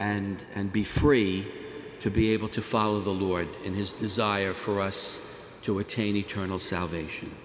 and and be free to be able to follow the lord in his desire for us to attain eternal salvation